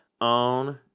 on